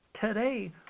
today